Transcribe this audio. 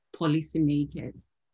policymakers